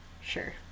sure